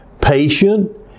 patient